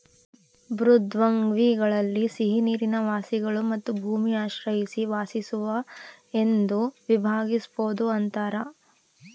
ಮೃದ್ವಂಗ್ವಿಗಳಲ್ಲಿ ಸಿಹಿನೀರಿನ ವಾಸಿಗಳು ಮತ್ತು ಭೂಮಿ ಆಶ್ರಯಿಸಿ ವಾಸಿಸುವ ಎಂದು ವಿಭಾಗಿಸ್ಬೋದು ಅಂತಾರ